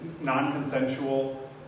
non-consensual